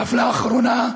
אף לאחרונה,